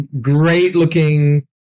great-looking